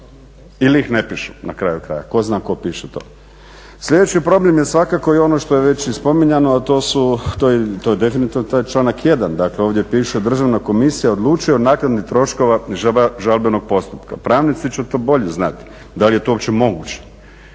ili ih ne pišu na kraju krajeva, tko zna tko piše to. Sljedeći problem je svakako i ono što je već i spominjano, a to je definitivno taj članak 1. Dakle, ovdje piše Državna komisija odlučuje o naknadi troškova žalbenog postupka. Pravnici će to bolje znati da li je to uopće moguće.